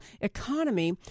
economy